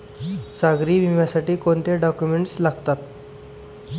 सागरी विम्यासाठी कोणते डॉक्युमेंट्स लागतात?